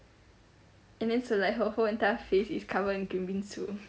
and then her like whole entire face is covered in green bean soup